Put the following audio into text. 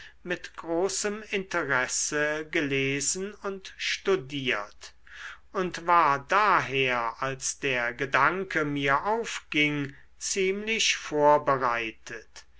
mit großem interesse gelesen und studiert und war daher als der gedanke mir aufging ziemlich vorbereitet